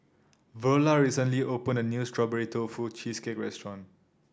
Verla recently open a new Strawberry Tofu Cheesecake restaurant